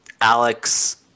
Alex